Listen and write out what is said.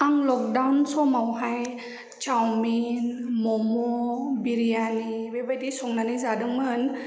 आं लकदाउन समावहाय चाउमिन मम' बिरियानि बेबायदि संनानै जादोंमोन